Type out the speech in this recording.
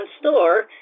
Store